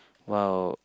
!wow!